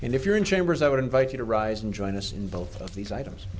and if you're in chambers i would invite you to rise and join us in both of these items